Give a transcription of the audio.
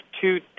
two